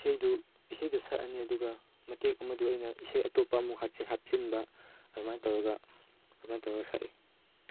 ꯏꯁꯩꯗꯨ ꯏꯁꯩꯗꯨ ꯁꯛꯑꯅꯤ ꯑꯗꯨꯒ ꯃꯇꯦꯛ ꯑꯃꯗꯨ ꯑꯩꯅ ꯏꯁꯩ ꯑꯇꯣꯞꯄ ꯑꯃꯃꯨꯛ ꯍꯥꯞꯆꯤꯟꯕ ꯑꯗꯨꯃꯥꯏꯅ ꯇꯧꯔꯒ ꯑꯗꯨꯃꯥꯏꯅ ꯇꯧꯔꯒ ꯁꯛꯏ